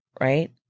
right